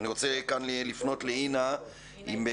וכאן אני רוצה לפנות לאינה זלצמן.